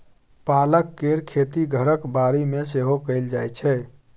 पालक केर खेती घरक बाड़ी मे सेहो कएल जाइ छै